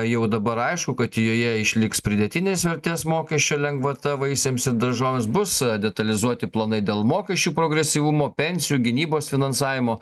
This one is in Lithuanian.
jau dabar aišku kad joje išliks pridėtinės vertės mokesčio lengvata vaisiams ir daržovėms bus detalizuoti planai dėl mokesčių progresyvumo pensijų gynybos finansavimo